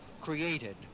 created